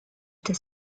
der